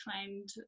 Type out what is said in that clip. find